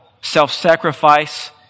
self-sacrifice